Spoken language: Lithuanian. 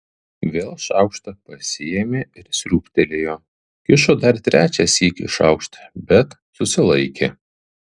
vėl šaukštą pasiėmė ir sriūbtelėjo kišo dar trečią sykį šaukštą bet susilaikė